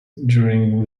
during